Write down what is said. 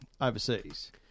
overseas